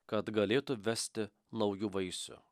kad galėtų vesti naujų vaisių